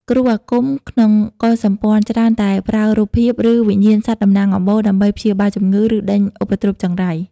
គ្រូមន្តអាគមក្នុងកុលសម្ព័ន្ធ ច្រើនតែប្រើរូបភាព ឬវិញ្ញាណសត្វតំណាងអំបូរ ដើម្បីព្យាបាលជំងឺ ឬដេញឧបទ្រពចង្រៃ។